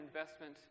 investment